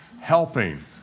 helping